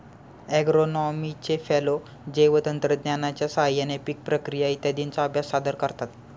ॲग्रोनॉमीचे फेलो जैवतंत्रज्ञानाच्या साहाय्याने पीक प्रक्रिया इत्यादींचा अभ्यास सादर करतात